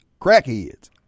crackheads